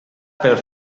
pel